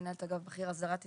מנהלת אגיף בכיר אסדרת עסקים.